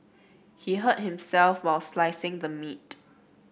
he hurt himself while slicing the meat